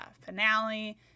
finale